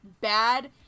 bad